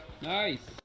Nice